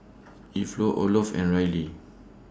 Olof and Rylie